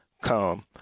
Come